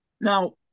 Now